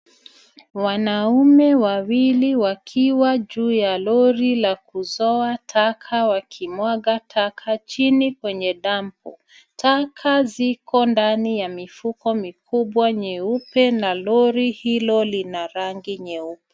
Wanaume wawili wakiwa juu ya lori la kuzo taka wakimwaga taka chini kwenye dampu. Taka ziko ndani ya mifuko mikubwa nyeupe na lori hilo lina rangi nyeupe.